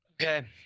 Okay